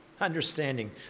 understanding